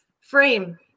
frame